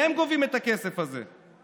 מהם גובים את הכסף הזה.